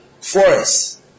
forests